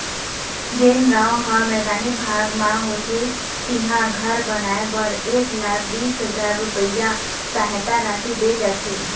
जेन गाँव ह मैदानी भाग म होथे तिहां घर बनाए बर एक लाख बीस हजार रूपिया सहायता राशि दे जाथे